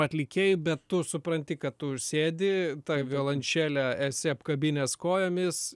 atlikėjai bet tu supranti kad tu ir sėdi tą violončelę esi apkabinęs kojomis